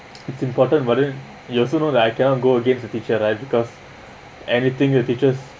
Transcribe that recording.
it's important but then you also know that I cannot go against the teacher because anything the teachers